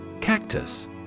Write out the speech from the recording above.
Cactus